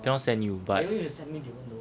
cannot send you but